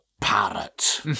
parrot